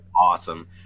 awesome